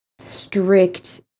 strict